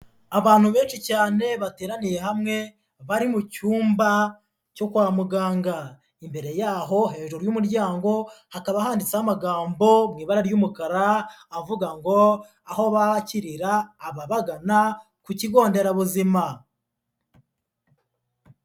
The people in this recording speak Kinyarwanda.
Abantu benshi cyane bateraniye hamwe bari mu cyumba cyo kwa muganga, imbere yaho hejuru y'umuryango hakaba handishaho amagambo mu ibara ry'umukara avuga ngo aho bakirira ababagana ku kigo nderabuzima.